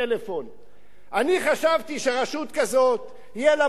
אני חשבתי שרשות כזאת, יהיה לה מוקד לניצולי שואה.